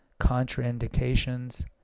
contraindications